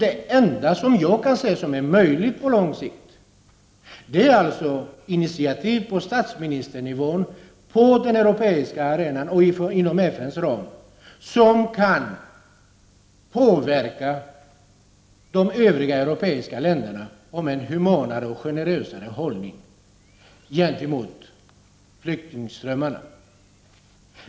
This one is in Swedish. Det enda som jag kan se är möjligt på lång sikt är initiativ på statsministernivå på den europeiska arenan och inom FN:s ram som kan påverka de övriga europeiska länderna att inta en humanare och generösare hållning gentemot flyktingströmmarna.